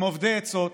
הם אובדי עצות,